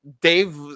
Dave